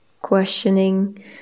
questioning